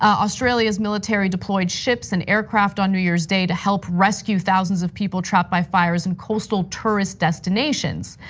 ah australia's military deployed ships and aircraft on new year's day to help rescue thousands of people trapped by fires in coastal tourist destinations.